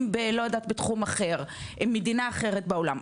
בלא יודעת בתחום אחר עם מדינה אחרת בעולם,